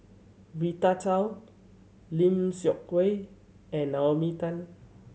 Rita Chao Lim Seok Hui and Naomi Tan